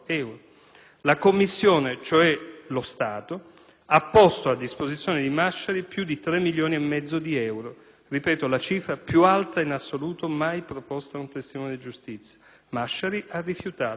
La commissione, cioè lo Stato, ha posto a disposizione di Masciari più di tre milioni e mezzo di euro. Ripeto, la cifra più alta in assoluto mai proposta ad un testimone di giustizia. Masciari ha rifiutato.